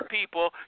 people